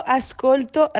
ascolto